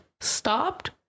stopped